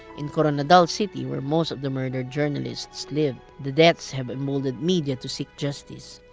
in koronadal city, where most of the murdered journalists lived, the deaths have emboldened media to seek justice.